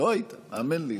לא היית, האמן לי.